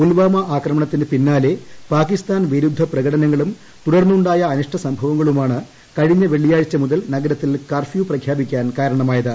പുൽവാമ ആക്രമണത്തിന് പിന്നാലെ പാകിസ്ഥാൻ വിരുദ്ധ പ്രകടനങ്ങളും തുടർന്നു ായ അനിഷ്ട സംഭവങ്ങളുമാണ് കഴിഞ്ഞ വെള്ളിയാഴ്ച മുതൽ നഗരത്തിൽ കർഫ്യൂ പ്രഖ്യാപിക്കാൻ കാരണമായത്